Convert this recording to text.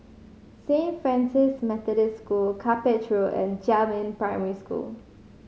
Saint Francis Methodist School Cuppage Road and Jiemin Primary School